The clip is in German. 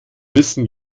wissen